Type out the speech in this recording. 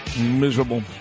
Miserable